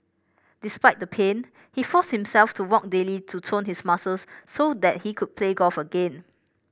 despite the pain he forced himself to walk daily to tone his muscles so that he could play golf again